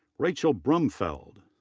rachel brumfield.